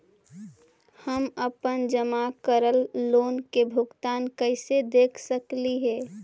हम अपन जमा करल लोन के भुगतान कैसे देख सकली हे?